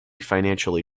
financially